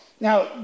Now